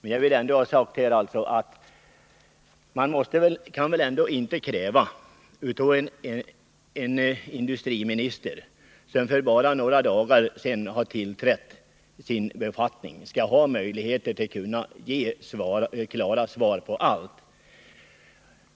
men jag vill ändå ha sagt att man väl inte kan kräva att en industriminister som bara för några dagar sedan har tillträtt sin 135 befattning skall ha möjlighet att ge klara svar på allt.